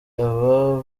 aba